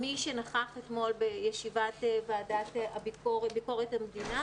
מי שנכח אתמול בישיבת ועדת ביקורת המדינה,